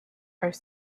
are